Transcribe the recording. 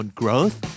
growth